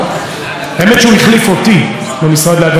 האמת שהוא החליף אותי במשרד להגנת הסביבה,